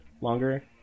longer